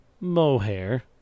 mohair